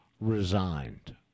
resigned